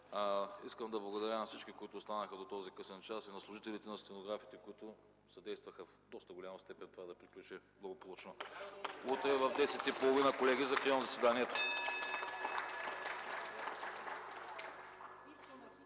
Искам да благодаря на всички, които останаха до този късен час – на служителите, на стенографите, които съдействаха в доста голяма степен това да приключи благополучно. (Ръкопляскания.)